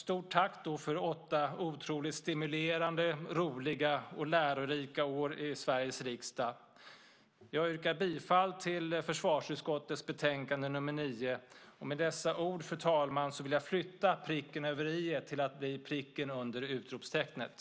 Stort tack för åtta otroligt stimulerande, roliga och lärorika år i Sveriges riksdag! Jag yrkar bifall till förslaget i försvarsutskottets betänkande nr 9. Med dessa ord, fru talman, vill jag flytta pricken över i till att bli pricken under utropstecknet!